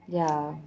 ya